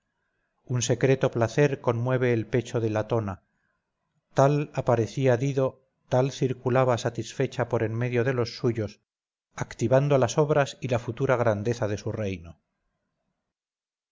un secreto placer conmueve el pecho de latona tal aparecía dido tal circulaba satisfecha por en medio de los suyos activando las obras y la futura grandeza de su reino